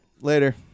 Later